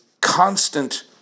constant